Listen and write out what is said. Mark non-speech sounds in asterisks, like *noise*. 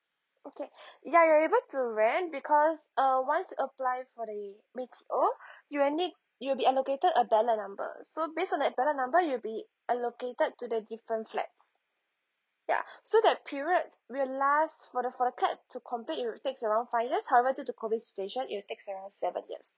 okay *breath* ya you're able to rent because uh once you apply for the B_T_O *breath* you'll need you'll be allocated a ballot number so based on that ballot number you'll be allocated to the different flats ya *breath* so that periods will last for the for the flat to complete it will takes around five years however due to COVID situation it'll takes around seven years